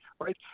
Right